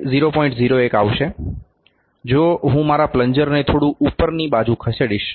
01 આવશે જો હું મારા પ્લન્જરને થોડું ઉપરની બાજુ ખસેડીશ